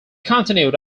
continued